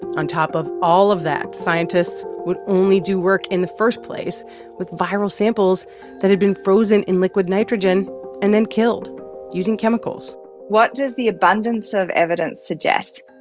on top of all of that, scientists would only do work in the first place with viral samples that had been frozen in liquid nitrogen and then killed using chemicals what does the abundance of evidence suggest?